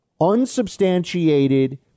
Unsubstantiated